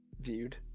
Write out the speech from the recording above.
viewed